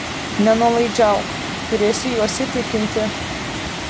nenuolaidžiauk turėsi juos įtikinti